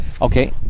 Okay